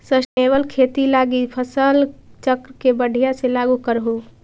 sustainable खेती लागी फसल चक्र के बढ़ियाँ से लागू करहूँ